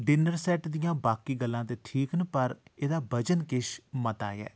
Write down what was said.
dinner set दियां बाकी गल्लां ते ठीक न पर एह्दा बजन किश मता ऐ